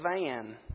van